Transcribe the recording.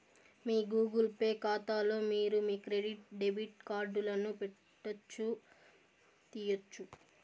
మీ Google Pay కాతాలో మీరు మీ క్రెడిట్ డెబిట్ కార్డులను పెట్టొచ్చు, తీయొచ్చు